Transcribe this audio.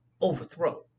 overthrow